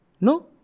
no